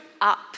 up